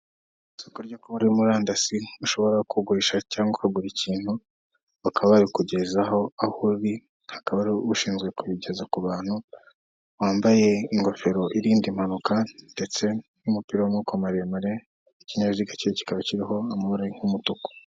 Isoko ryo kuba uri murandasi ushobora kugurisha cyangwa kugura ikintu, bakaba babikugezaho aho uri, hakaba ushinzwe kubigeza ku bantu, wambaye ingofero irinda impanuka ndetse n'umupira w'amaboko maremare, ikinyabiziga cye kikaba kiriho amabara nk'umutuku.